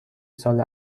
سال